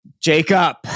Jacob